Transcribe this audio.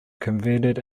converted